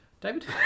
David